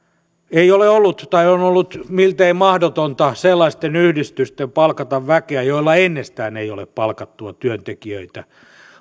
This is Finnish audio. on on ollut miltei mahdotonta sellaisten yhdistysten palkata väkeä joilla ennestään ei ole palkattuja työntekijöitä